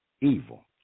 evil